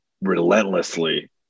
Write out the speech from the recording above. relentlessly